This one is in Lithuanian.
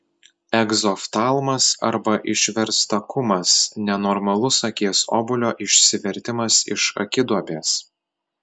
egzoftalmas arba išverstakumas nenormalus akies obuolio išsivertimas iš akiduobės